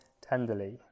tenderly